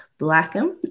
blackham